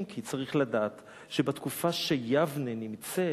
אם כי צריך לדעת שבתקופה שיבנה נמצאת,